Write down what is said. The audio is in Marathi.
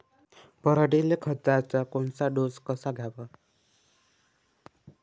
पऱ्हाटीले खताचा कोनचा डोस कवा द्याव?